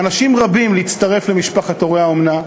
מעל במה זו לאנשים רבים להצטרף למשפחת הורי האומנה.